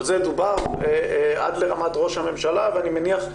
על זה דובר עד לרמת ראש הממשלה ואני מניח,